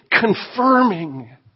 confirming